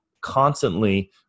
constantly